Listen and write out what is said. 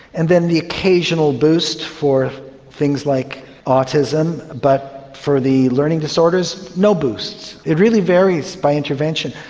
and then the occasional boost for things like autism, but for the learning disorders, no boosts. it really varies by intervention.